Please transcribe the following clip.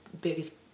biggest